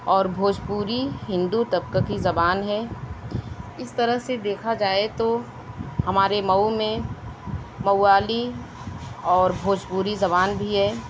اور بھوجپوری ہندو طبقہ کی زبان ہے اس طرح سے دیکھا جائے تو ہمارے مئو میں مئو والی اور بھوجپوری زبان بھی ہے